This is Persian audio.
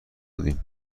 بودیم